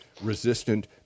resistant